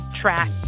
track